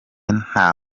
nta